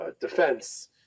defense